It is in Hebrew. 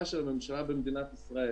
של הממשלה בחברות התעופה במדינת ישראל